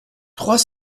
trois